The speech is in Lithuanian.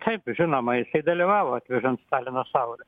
taip žinoma jisai dalyvavo atvežant stalino saulę